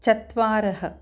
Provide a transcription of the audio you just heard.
चत्वारः